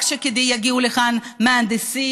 רק כדי שיגיעו לכאן מהנדסים?